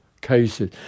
cases